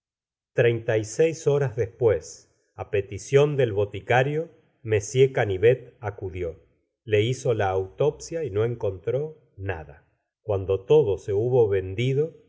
treinta y seis horas después á petición del boticario m canivet acudió le hizo la autopsht y no encontró nada cuando todo se hubo vendido